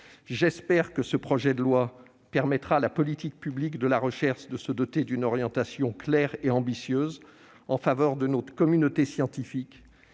J'espère que ce projet de loi permettra à la politique publique de la recherche de se doter d'une orientation claire et ambitieuse en faveur de notre communauté scientifique